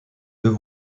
deux